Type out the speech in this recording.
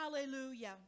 Hallelujah